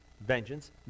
vengeance